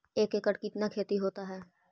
एक एकड़ कितना खेति होता है?